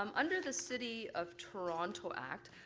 um under the city of toronto act,